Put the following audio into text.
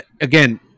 again